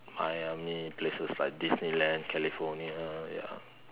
Miami places like Disneyland California ya